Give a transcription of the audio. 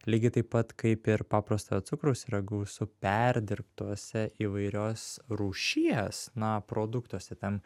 lygiai taip pat kaip ir paprastojo cukraus yra gausu perdirbtuose įvairios rūšies na produktuose tam